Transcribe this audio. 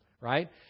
right